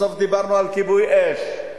בסוף דיברנו על כיבוי אש.